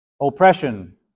Oppression